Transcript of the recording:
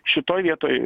šitoj vietoj